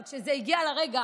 אבל כשזה הגיע לרגע